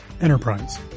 enterprise